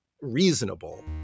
reasonable